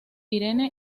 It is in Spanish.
irene